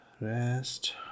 Rest